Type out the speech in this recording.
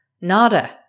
Nada